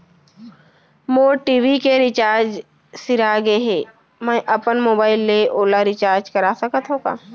मोर TV के recharge सिरा गे हे, मैं अपन मोबाइल ले ओला रिचार्ज करा सकथव का?